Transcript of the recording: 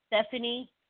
Stephanie